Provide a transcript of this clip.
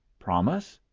promise.